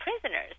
prisoners